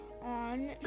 on